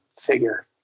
figure